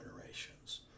generations